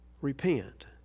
Repent